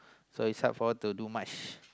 so it's hard for her to do much